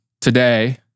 today